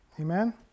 Amen